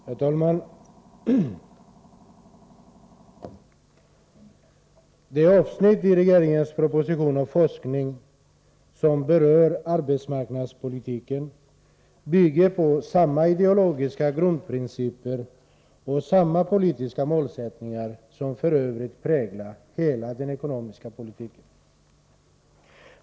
Herr talman! Det avsnitt av regeringens proposition om forskning som berör arbetsmarknadspolitiken bygger på samma ideologiska grundprinciper och samma politiska målsättningar som f.ö. präglar hela den ekonomiska politiken.